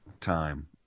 time